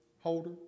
Holder